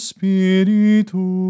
Spiritu